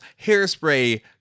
Hairspray